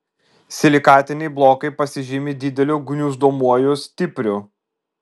silikatiniai blokai pasižymi dideliu gniuždomuoju stipriu